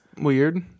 weird